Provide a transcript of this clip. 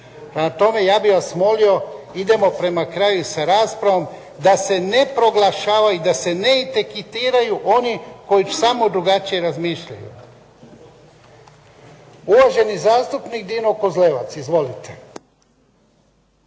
tome, ja bih vas molio idemo prema kraju sa raspravom da se ne proglašava i da se ne etiketiraju oni koji samo drugačije razmišljaju. Uvaženi zastupnik Dino Kozlevac. Izvolite.